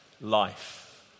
life